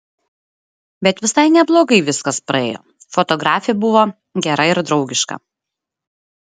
bet visai neblogai viskas praėjo fotografė buvo gera ir draugiška